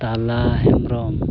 ᱛᱟᱞᱟ ᱦᱮᱢᱵᱨᱚᱢ